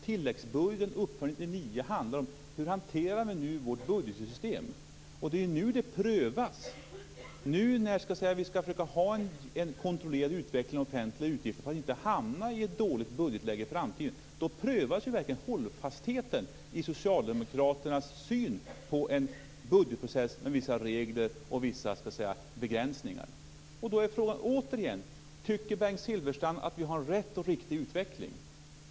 Tilläggsbudgeten och uppföljningen 1999 handlar om hur vi hanterar vårt budgetsystem. Det är nu det sker en prövning. Då vi nu försöker ha en kontrollerad utveckling av offentliga utgifter för att inte hamna i ett dåligt budgetläge i framtiden prövas verkligen hållfastheten i socialdemokraternas syn på en budgetprocess med vissa regler och begränsningar. Tycker Bengt Silfverstrand att vi har en rätt och riktig utveckling?